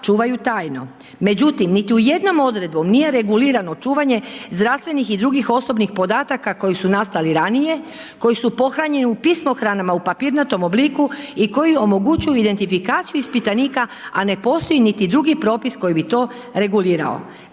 čuvaju tajno. Međutim, niti u jednom odredbom nije regulirano čuvanje zdravstvenih i drugih osobnih podataka koji su nastali ranije, koji su pohranjeni u pismohranama u papirnatom obliku i koji omogućuju identifikaciju ispitanika, a ne postoji niti drugi propis koji bi to regulirao.